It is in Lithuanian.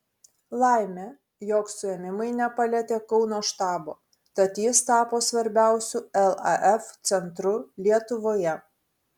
laimė jog suėmimai nepalietė kauno štabo tad jis tapo svarbiausiu laf centru lietuvoje